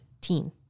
teen